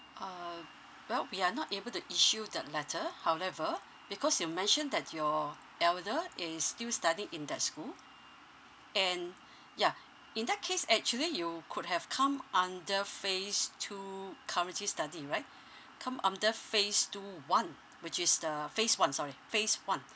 uh well we are not able to issue that letter however because you mentioned that your elder is still studying in that school and yeah in that case actually you could have come under phase two currently studying right come under phase two one which is the phase one sorry phase one